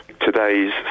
Today's